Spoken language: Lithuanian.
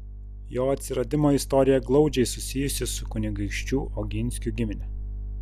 jo atsiradimo istorija glaudžiai susijusi su kunigaikščių oginskių gimine